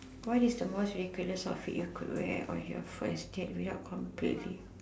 what is the most ridiculous outfit you could wear on your first date without completely